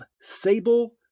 sable